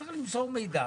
צריך למסור מידע,